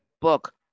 book